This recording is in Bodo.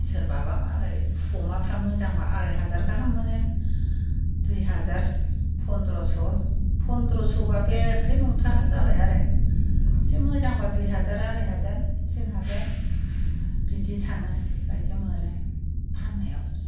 सोरबाबा मालाय अमाफ्रा मोजांब्ला आराय हाजार गाहाम मोनो दुइ हाजार फन्द्रस' फन्द्रस'बा बे एखे नंथारा जाबाय आरो एसे मोजांब्ला दुइ हाजार आराय हाजार थिन हाजार बिदि थाङो बायदि मोनो फाननायाव